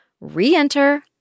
Re-enter